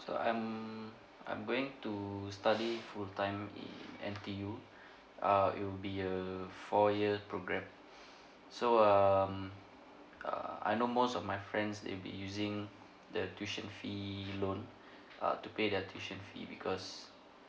so I'm I'm going to study full time in N_T_U uh it will be a four year program so um err I know most of my friends they'll be using the tuition fee loan uh to pay their tuition fee because